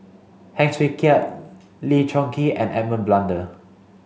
Heng Swee Keat Lee Choon Kee and Edmund Blundell